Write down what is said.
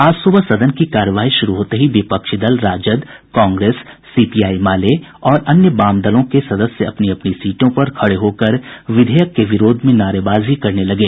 आज सुबह सदन की कार्यवाही शुरू होते ही विपक्षी दल राजद कांग्रेस सीपीआई माले और अन्य वामदलों के सदस्य अपनी अपनी सीटों पर खड़े होकर विधेयक के विरोध में नारेबाजी करने लगे